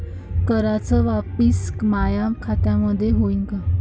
कराच वापसी माया खात्यामंधून होईन का?